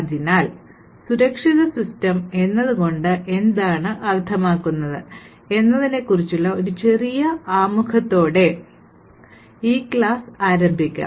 അതിനാൽ സുരക്ഷിത സിസ്റ്റം എന്നതു കൊണ്ട് എന്താണ് അർത്ഥമാക്കുന്നത് എന്നതിനെക്കുറിച്ചുള്ള ഒരു ചെറിയ ആമുഖത്തോടെ ഈ ക്ലാസ് ആരംഭിക്കാം